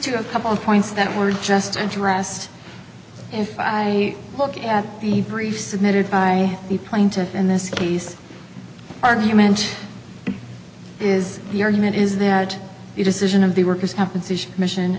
to a couple of points that were just interest if i look at the briefs submitted by the plaintiff in this piece argument is the argument is that the decision of the workers compensation mission